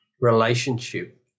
relationship